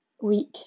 week